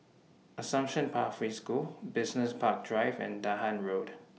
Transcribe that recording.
Assumption Pathway School Business Park Drive and Dahan Road